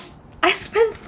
I spent